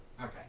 Okay